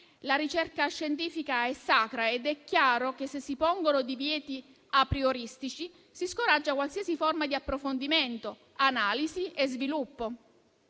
La ricerca scientifica è sacra ed è chiaro che, se si pongono divieti aprioristici, si scoraggia qualsiasi forma di approfondimento, analisi e sviluppo,